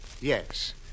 Yes